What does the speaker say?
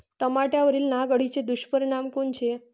टमाट्यावरील नाग अळीचे दुष्परिणाम कोनचे?